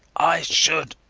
i should.